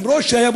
למרות שהיה,